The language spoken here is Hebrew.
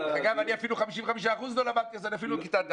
אני אפילו 55% לא למדתי אז אני אפילו לא כיתה ד',